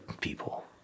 people